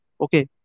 Okay